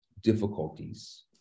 difficulties